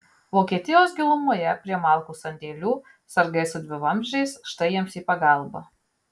vokietijos gilumoje prie malkų sandėlių sargai su dvivamzdžiais štai jiems į pagalbą